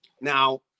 Now